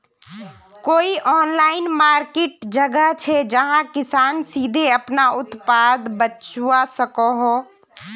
कोई online market जगह छे जहाँ किसान सीधे अपना उत्पाद बचवा सको हो?